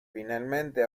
finalmente